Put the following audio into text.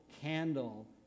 candle